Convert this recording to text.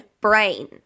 brain